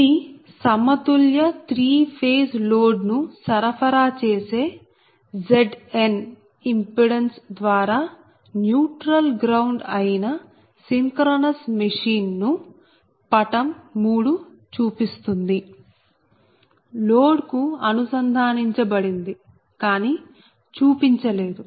ఇది సమతుల్య 3 phase load ను సరఫరా చేసే Zn ఇంపిడెన్స్ ద్వారా న్యూట్రల్ గ్రౌండ్ అయిన సిన్క్రొనస్ మెషిన్ ను పటం 3 చూపిస్తుంది లోడ్ కు అనుసంధానించబడింది కానీ చూపించలేదు